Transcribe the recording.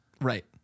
Right